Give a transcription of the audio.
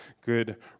good